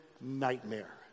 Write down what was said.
nightmare